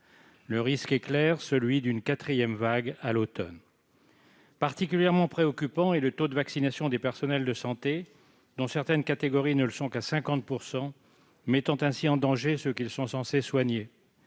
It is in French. Le risque est clair : celui d'une quatrième vague à l'automne. Particulièrement préoccupant est le taux de vaccination des personnels de santé- pour certaines catégories, il n'atteint que 50 %!-, mettant ainsi en danger ceux qu'ils sont censés soigner.